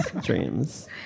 Dreams